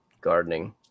gardening